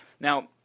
Now